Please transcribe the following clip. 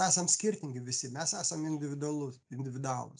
esam skirtingi visi mes esame individualus individualūs